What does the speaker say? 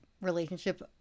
relationship